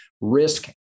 risk